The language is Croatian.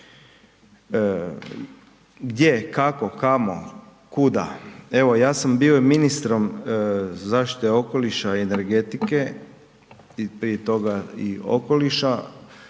Gdje, kako, kamo, kuda. Evo ja sam bio i ministrom zaštite okoliša i energetike i prije toga i okoliša,